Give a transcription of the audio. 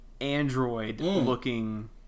Android-looking